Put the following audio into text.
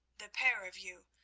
the pair of you,